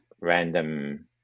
random